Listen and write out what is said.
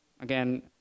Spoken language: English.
again